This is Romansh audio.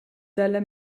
dalla